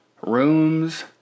rooms